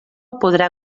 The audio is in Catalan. podrà